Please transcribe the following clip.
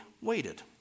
waited